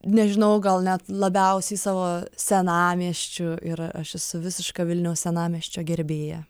nežinau gal net labiausiai savo senamiesčiu ir aš esu visiška vilniaus senamiesčio gerbėja